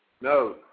No